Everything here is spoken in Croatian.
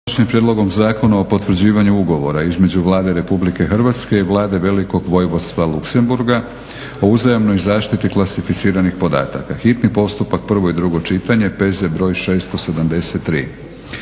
Konačni prijedlog Zakona o potvrđivanju Ugovora između Vlade Republike Hrvatske i Vlade Velikog Vojvodstva Luksemburga o uzajamnoj zaštiti klasificiranih podataka, hitni postupak, prvo i drugo čitanje, P.Z. br. 673.